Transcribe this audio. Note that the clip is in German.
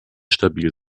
stabil